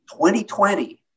2020